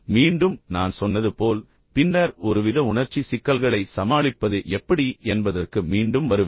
மீண்டும் நான் சொன்னது போல் பின்னர் ஒருவித உணர்ச்சி சிக்கல்களை சமாளிப்பது எப்படி என்பதற்கு மீண்டும் வருவேன்